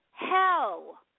Hell